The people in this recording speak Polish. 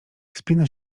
wspina